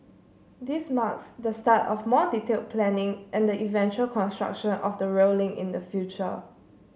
this marks the start of more detail planning and the eventual construction of the rail link in the future